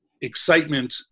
Excitement